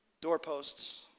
Doorposts